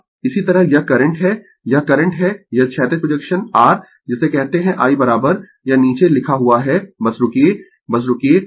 इसी तरह यह करंट है यह करंट है यह क्षैतिज प्रोजेक्शन r जिसे कहते है I यह नीचे लिखा हुआ है बस रूकिये बस रूकिये